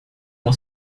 uma